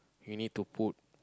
you need to put